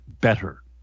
better